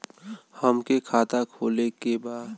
हमके खाता खोले के बा?